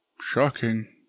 Shocking